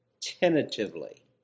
tentatively